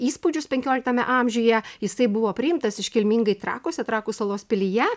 įspūdžius penkioliktame amžiuje jisai buvo priimtas iškilmingai trakuose trakų salos pilyje